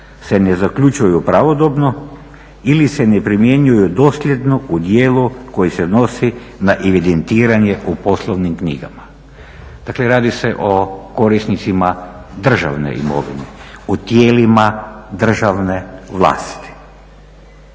se ne zaključuju pravodobno ili se ne primjenjuju dosljedno u dijelu koji se odnosi na evidentiranje u poslovnim knjigama. Dakle radi se o korisnicima državne imovine u tijelima državne vlasti.